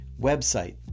website